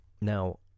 Now